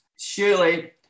Surely